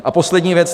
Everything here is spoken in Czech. A poslední věc.